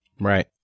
right